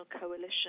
coalition